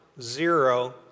zero